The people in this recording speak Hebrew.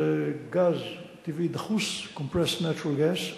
זה גז טבעי דחוס, Compressed Natural Gas,